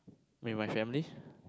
with my family